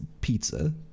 pizza